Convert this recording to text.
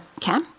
Cam